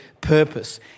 purpose